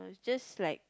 just like